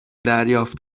دریافت